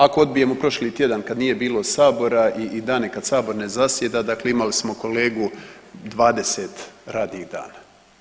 Ako odbijemo prošli tjedan kad nije bilo sabora i dane kad sabor ne zasjeda dakle imali smo kolegu 20 radnih dana.